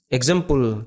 Example